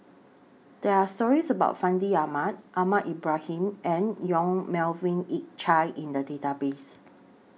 There Are stories about Fandi Ahmad Ahmad Ibrahim and Yong Melvin Yik Chye in The Database